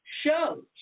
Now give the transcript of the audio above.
shows